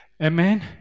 amen